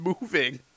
moving